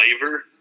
flavor